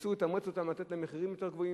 ניסו לתמרץ אותם ולתת להם שכר יותר גבוה,